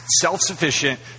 self-sufficient